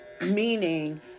meaning